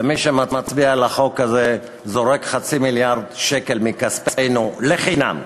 ומי שמצביע לחוק הזה זורק חצי מיליארד שקל מכספנו לחינם.